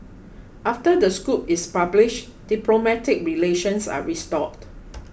after the scoop is published diplomatic relations are restored